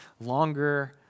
longer